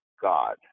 God